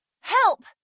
Help